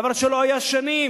דבר שלא היה שנים.